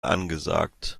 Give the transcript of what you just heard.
angesagt